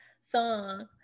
song